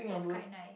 that's quite nice